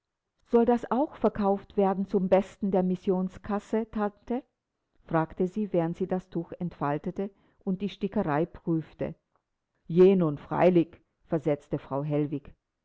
soll das auch verkauft werden zum besten der missionskasse tante fragte sie während sie das tuch entfaltete und die stickerei prüfte je nun freilich versetzte frau hellwig